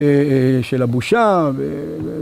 של הבושה.